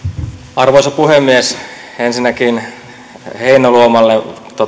arvoisa puhemies ensinnäkin heinäluomalle